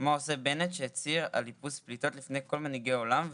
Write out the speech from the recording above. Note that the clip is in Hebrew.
מה עושה בנט שהצהיר על איפוס פליטות בפני כל מנהיגי העולם,